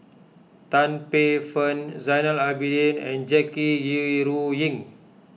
Tan Paey Fern Zainal Abidin and Jackie Yi Ru Wu Ying